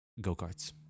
go-karts